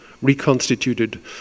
reconstituted